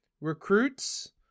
recruits